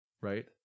right